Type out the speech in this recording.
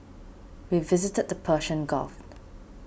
we visited the Persian Gulf